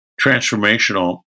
transformational